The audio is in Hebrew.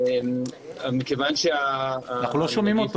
מכיוון שהנגיף ממשיך,